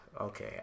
okay